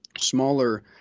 smaller